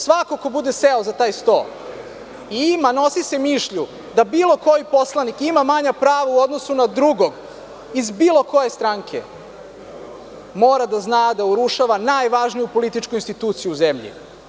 Svako ko bude seo za taj sto i nosi se mišlju da bilo koji poslanik ima manja prava u odnosu na drugog iz bilo koje stranke, mora da zna da urušava najvažniju političku instituciju u zemlji.